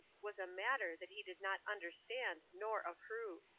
was a matter that he did not understand nor approve.